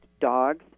dogs